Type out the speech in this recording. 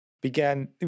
Began